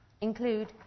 include